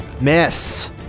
Miss